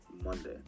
monday